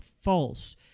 false